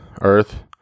earth